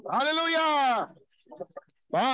Hallelujah